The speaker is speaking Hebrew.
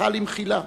זכה למחילה,